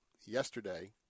yesterday